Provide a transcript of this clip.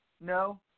No